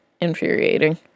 infuriating